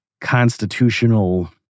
constitutional